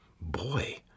boy